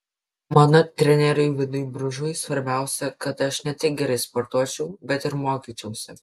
mano treneriui vidui bružui svarbiausia kad aš ne tik gerai sportuočiau bet ir mokyčiausi